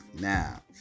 Now